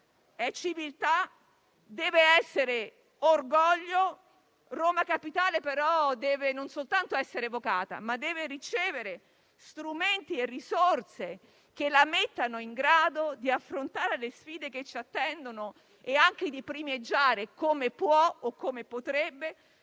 è civiltà, deve essere orgoglio. Roma Capitale, però, non deve soltanto essere evocata, deve ricevere strumenti e risorse che la mettano in condizione di affrontare le sfide che ci attendono e anche di primeggiare, come può o come potrebbe,